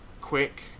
quick